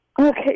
Okay